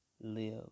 live